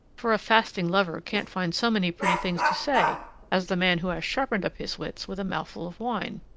for a fasting lover can't find so many pretty things to say as the man who has sharpened up his wits with a mouthful of wine.